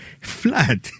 Flood